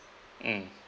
mm